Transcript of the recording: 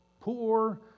poor